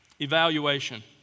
Evaluation